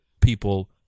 people